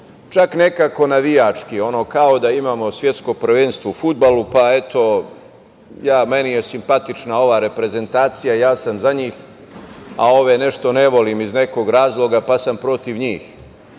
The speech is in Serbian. čak nekako navijački, kao da imamo svetsko prvenstvo u fudbalu pa eto, meni je simpatična ova reprezentacija, ja sam za njih, a ove nešto ne volim iz nekog razloga pa sam protiv njih. Može